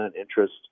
interest